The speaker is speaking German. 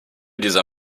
dieser